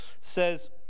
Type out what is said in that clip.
says